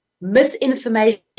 misinformation